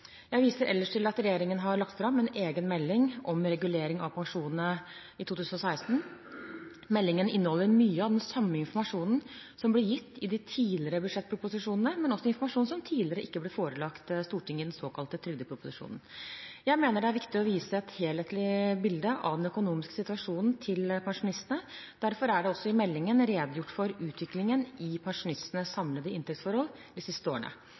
Jeg viser ellers til at regjeringen har lagt fram en egen melding om regulering av pensjonene i 2016. Meldingen inneholder mye av den samme informasjonen som ble gitt i de tidligere budsjettproposisjonene, men også informasjon som tidligere ikke ble forelagt Stortinget i den såkalte trygdeproposisjonen. Jeg mener det er viktig å vise et helhetlig bilde av den økonomiske situasjonen til pensjonistene. Derfor er det også i meldingen redegjort for utviklingen i pensjonistenes samlede inntektsforhold de siste årene.